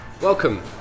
Welcome